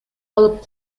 алып